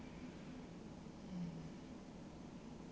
mm